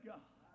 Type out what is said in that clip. God